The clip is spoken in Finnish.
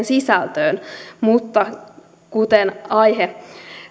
sisältöön mutta kun aihe